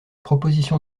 proposition